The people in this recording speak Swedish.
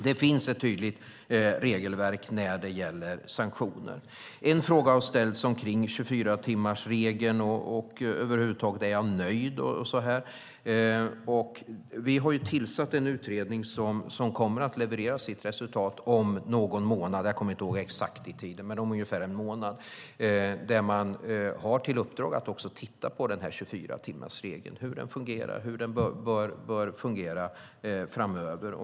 Det finns ett tydligt regelverk när det gäller sanktioner. När det gäller 24-timmarsregeln har vi tillsatt en utredning som kommer att leverera sitt resultat om någon månad. Man har bland annat i uppdrag att titta på hur 24-timmarsregeln fungerar och hur den bör fungera framöver.